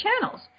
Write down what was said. channels